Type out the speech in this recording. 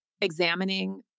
examining